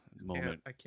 moment